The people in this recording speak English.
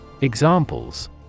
Examples